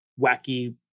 wacky